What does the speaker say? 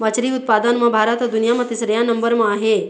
मछरी उत्पादन म भारत ह दुनिया म तीसरइया नंबर म आहे